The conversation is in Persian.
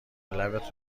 لبت